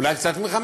אולי גם קצת ב-2015,